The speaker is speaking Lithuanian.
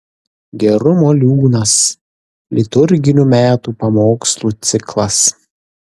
gerumo liūnas liturginių metų pamokslų ciklas